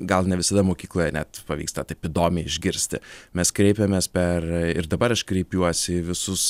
gal ne visada mokykloje net pavyksta taip įdomiai išgirsti mes kreipėmės per ir dabar aš kreipiuosi į visus